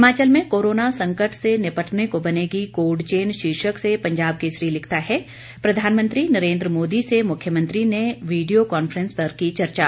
हिमाचल में कोरोना संकट से निपटने को बनेगी कोल्ड चेन शीर्षक से पंजाब केसरी लिखता है प्रधानमंत्री नरेंद्र मोदी से मुख्यमंत्री ने वीडियो कांफें स पर की चर्चा